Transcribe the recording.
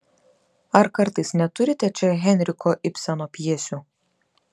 ar kartais neturite čia henriko ibseno pjesių